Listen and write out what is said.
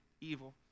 evil